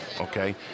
Okay